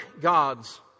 God's